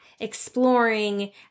exploring